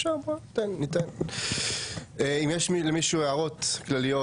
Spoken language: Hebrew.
האם למישהו יש הערות כלליות?